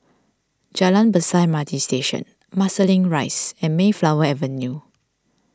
Jalan Besar M R T Station Marsiling Rise and Mayflower Avenue